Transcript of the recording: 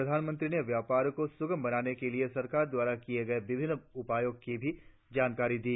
प्रधानमंत्री ने व्यापार को सुगम बनाने के लिए सरकार द्वारा किए गए विभिन्न उपायों की भी जानकारी दी